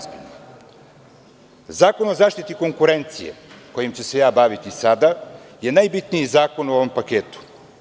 Zakon o zaštiti konkurencije, kojim ću se ja baviti sada, je najbitniji zakon u ovom paketu.